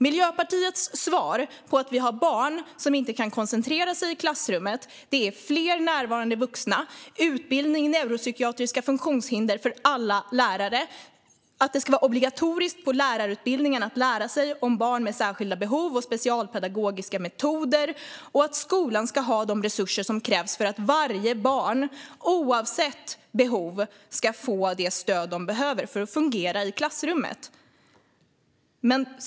Miljöpartiets svar på att vi har barn som inte kan koncentrera sig i klassrummet är fler närvarande vuxna och utbildning i neuropsykiatriska funktionshinder för alla lärare. Det ska vara obligatoriskt på lärarutbildningen att lära sig om barn med särskilda behov och om specialpedagogiska metoder. Skolan ska ha de resurser som krävs för att varje barn, oavsett behov, ska få det stöd de behöver för att fungera i klassrummet.